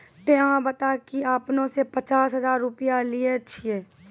ते अहाँ बता की आपने ने पचास हजार रु लिए छिए?